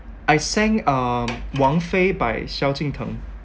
I sang uh 王妃 by 萧敬腾